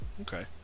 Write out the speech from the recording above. Okay